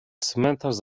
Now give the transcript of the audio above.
cmentarz